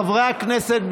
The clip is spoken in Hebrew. חברי הכנסת,